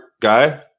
guy